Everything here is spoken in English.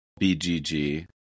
BGG